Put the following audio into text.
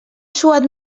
suat